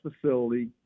facility